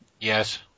Yes